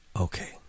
Okay